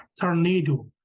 tornado